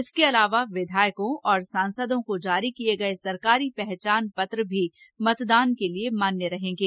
इसके अलावा विधायकों और सांसदों को जारी किए गए सरकारी पहचान पत्र भी मतदान के लिए मान्य रहेंगे